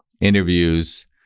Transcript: interviews